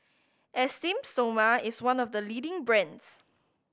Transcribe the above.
Esteem Stoma is one of the leading brands